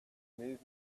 movement